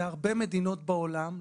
בהרבה מדינות בעולם,